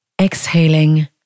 Exhaling